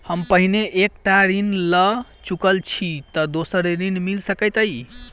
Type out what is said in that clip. हम पहिने एक टा ऋण लअ चुकल छी तऽ दोसर ऋण मिल सकैत अई?